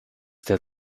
der